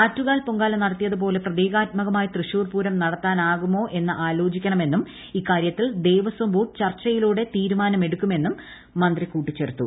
ആറ്റുകാൽ പൊങ്കാല നടത്തിയതു പോലെ പ്രതീകാത്മകമായി തൃശൂർപൂരം നടത്താനാകുമോ എന്ന് ആലോചിക്കണമെന്നും ഇക്കാര്യത്തിൽ ദേവസ്വം ബോർഡ് ചർച്ചയിലൂടെ തീരുമാനം എടുക്കുമെന്നും മന്ത്രി കൂട്ടിച്ചേർത്തു